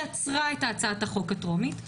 היא עצרה את הצעת החוק הטרומית.